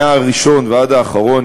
מהראשון ועד האחרון,